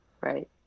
Right